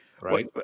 Right